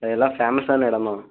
எல்லாம் ஃபேமஸான இடம் தான்